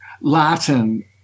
Latin